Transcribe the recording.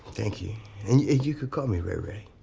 thank you. and you can call me ray ray.